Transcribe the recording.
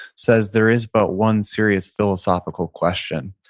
says, there is but one serious philosophical question,